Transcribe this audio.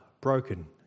broken